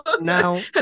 now